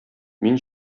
мин